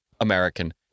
American